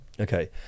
Okay